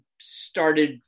started